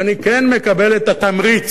ואני כן מקבל את התמריץ,